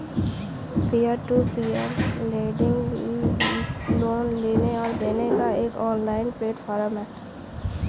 peer to peer lending loan लेने और देने का एक ऑनलाइन प्लेटफ़ॉर्म है